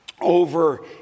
over